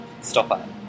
stopper